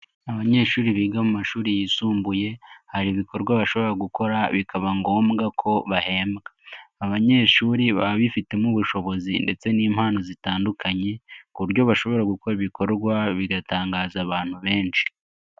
Abanyeshuri biga mu mashuri yisumbuye, hari ibikorwa bashobora gukora bikaba ngombwa ko bahembwa, abanyeshuri baba bifitemo ubushobozi ndetse n'impano zitandukanye, ku buryo bashobora gukora ibikorwa bigatangaza abantu benshi.